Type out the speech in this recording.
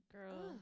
Girl